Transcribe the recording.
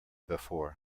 before